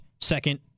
second